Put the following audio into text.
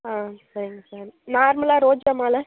ஆ சரிங்க சார் நார்மலாக ரோஜா மாலை